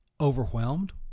overwhelmed